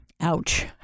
Ouch